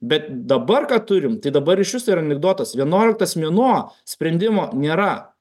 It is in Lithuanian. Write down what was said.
bet dabar ką turim tai dabar iš viso yra anekdotas vienuoliktas mėnuo sprendimo nėra